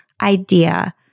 idea